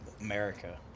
America